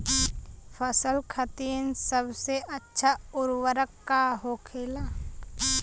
फसल खातीन सबसे अच्छा उर्वरक का होखेला?